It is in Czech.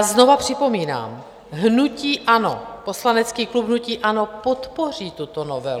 Znova připomínám: hnutí ANO, poslanecký klub hnutí ANO, podpoří tuto novelu.